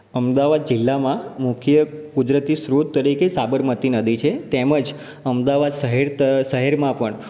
અમદાવાદ જિલ્લામાં મુખ્ય કુદરતી સ્ત્રોત તરીકે સાબરમતી નદી છે તેમજ અમદાવાદ શહેર ત શહેરમાં પણ